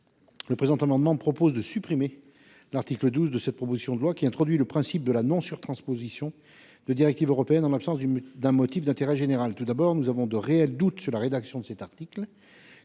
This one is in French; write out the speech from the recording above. n° 74. Cet amendement vise également à supprimer l'article 12 de cette proposition de loi, qui introduit un principe de non-surtransposition des directives européennes en l'absence de motif d'intérêt général. Tout d'abord, nous avons de réels doutes sur la rédaction de cet article.